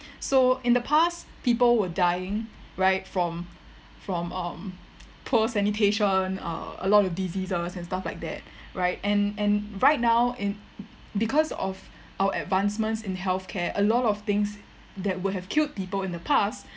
so in the past people were dying right from from um poor sanitation uh a lot of diseases and stuff like that right and and right now in because of our advancements in healthcare a lot of things that would have killed people in the past